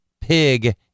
pig